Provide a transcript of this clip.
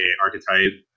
Archetype